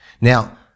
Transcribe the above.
Now